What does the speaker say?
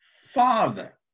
father